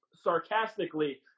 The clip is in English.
Sarcastically